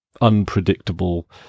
unpredictable